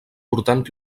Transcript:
portant